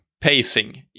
pacing